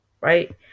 right